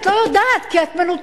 את לא יודעת כי את מנותקת,